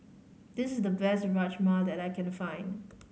this is the best Rajma that I can find